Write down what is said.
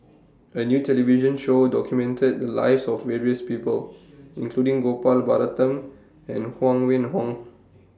A New television Show documented The Lives of various People including Gopal Baratham and Huang Wenhong